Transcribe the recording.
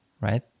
right